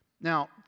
Now